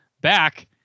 back